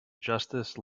justice